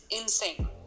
insane